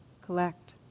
collect